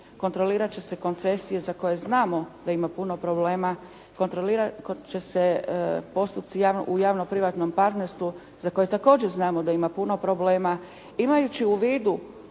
kontrolirat će se koncesije za koje znamo da ima puno problema, kontrolirat će se postupci u javno-privatnom partnerstvu za koje također znamo da ima puno problema imajući u vidu